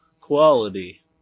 quality